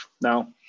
Now